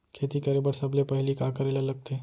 खेती करे बर सबले पहिली का करे ला लगथे?